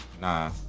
nah